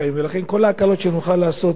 כל ההקלות שנוכל לעשות עבורם,